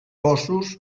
cossos